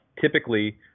typically